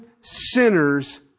sinners